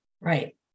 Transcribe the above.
Right